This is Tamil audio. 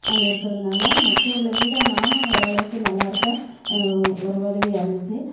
நம்ம இருக்கிறதுனால மற்றவங்கள விட நானும் ஓரளவுக்கு நல்லாயிருக்கேன் ஒரு உதவியா இருந்துச்சு